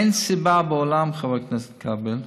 אין סיבה בעולם, חבר הכנסת כבל,